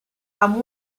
amb